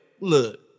look